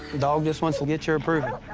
dog just wants to get your approval.